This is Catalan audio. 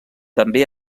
també